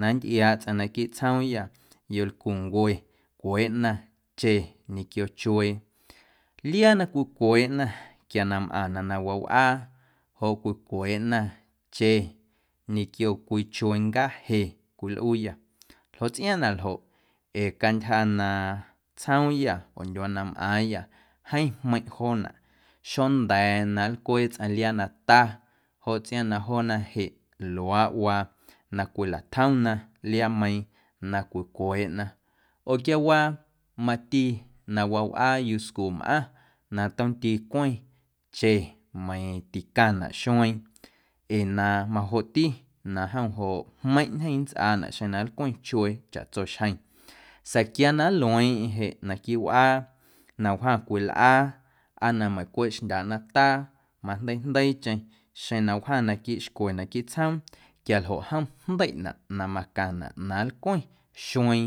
Na nntꞌiaaꞌ tsꞌaⁿ naquiiꞌ tsjoomyâ yolcuncue cweeꞌna che ñequio chuee liaa na cwicweeꞌna quia na mꞌaⁿna na wawꞌaa joꞌ cwicweeꞌna che ñequio cwii chuee ncaje cwilꞌuuyâ ljoꞌ tsꞌiaaⁿꞌ na ljoꞌ ee cantyja na tsjoomyâ oo ndyuaa na mꞌaaⁿyâ jeeⁿ jmeiⁿꞌ joonaꞌ xonda̱a̱ na nlcwee tsꞌaⁿ liaa na ta joꞌ tsꞌiaaⁿꞌ na joona jeꞌ luaaꞌwaa na cwilatjomna liaameiiⁿ na cwicweeꞌna oo quiawaa mati na wawꞌaa yuscu mꞌaⁿ na tomti cweⁿ che meiiⁿ ticaⁿnaꞌ xueeⁿ ee na majoꞌti na jom joꞌ jmeiⁿꞌ ntyjeⁿ nntsꞌaanaꞌ xeⁿ na nlcweⁿ chuee chaꞌtso xjeⁿ sa̱a̱ quia na nlueeⁿeⁿ jeꞌ naquiiꞌ wꞌaa na wjaⁿ cwii lꞌaa aa na meiiⁿ cweꞌ xjndyaaꞌ nataa majndeiijndeiicheⁿ xeⁿ na wjaⁿ naquiiꞌ xcwe naquiiꞌ tsjoom quialjoꞌ jom jndeiꞌnaꞌ na macaⁿnaꞌ na nlcweⁿ xueeⁿ